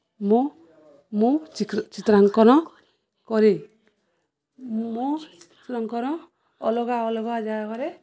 ମୁଁ ମୁଁ ଚିତ୍ରାଙ୍କନ କରେ ମୋ ଚିତ୍ରଙ୍କନ ଅଲଗା ଅଲଗା ଜାଗାରେ